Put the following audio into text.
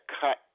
cut